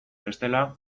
bestela